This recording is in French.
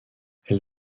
elle